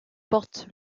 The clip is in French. portent